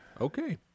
okay